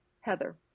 Heather